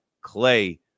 Clay